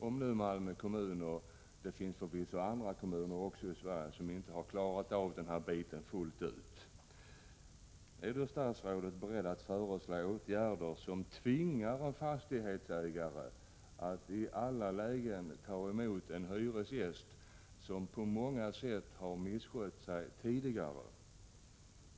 Om Malmö kommun =— och det finns förvisso fler kommuner i Sverige i samma situation — inte har lyckats lösa den här frågan fullt ut, är då statsrådet beredd att föreslå åtgärder som tvingar en fastighetsägare att i alla lägen ta emot en hyresgäst som på många sätt har misskött sig tidigare?